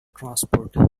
transport